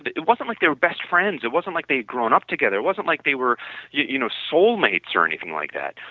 it it wasn't like they were best friends, it wasn't like they had grown up together, it wasn't like they were yeah you know soul mates or anything like that.